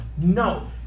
No